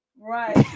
right